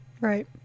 right